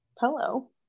hello